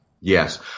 Yes